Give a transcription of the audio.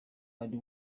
ari